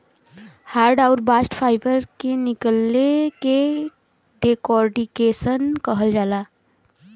hurd आउर bast fibre के निकले के डेकोर्टिकेशन कहल जाला